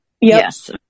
Yes